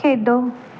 ਖੇਡੋ